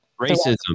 Racism